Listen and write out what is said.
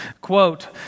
quote